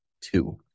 two